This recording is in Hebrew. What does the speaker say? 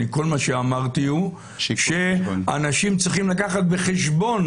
כל מה שאמרתי הוא שאנשים צריכים לקחת בחשבון